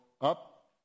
up